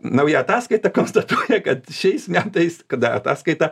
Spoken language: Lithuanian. nauja ataskaita konstatuoja kad šiais metais kada ataskaita